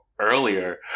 earlier